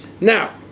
Now